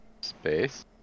Space